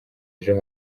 ejo